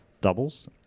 doubles